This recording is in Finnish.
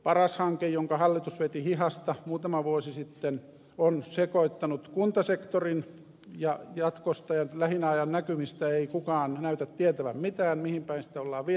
paras hanke jonka hallitus veti hihasta muutama vuosi sitten on sekoittanut kuntasektorin ja jatkosta ja lähiajan näkymistä ei kukaan näytä tietävän mitään mihin päin sitä ollaan viemässä